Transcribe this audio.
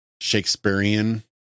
shakespearean